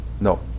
No